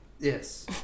Yes